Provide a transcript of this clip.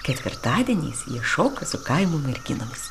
ketvirtadieniais jie šoka su kaimo merginomis